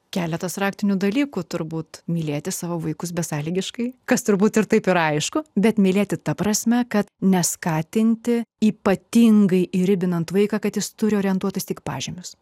keletas raktinių dalykų turbūt mylėti savo vaikus besąlygiškai kas turbūt ir taip yra aišku bet mylėti ta prasme kad neskatinti ypatingai ir žibinant vaiką kad jis turi orientuotis tik pažymius